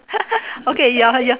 okay your your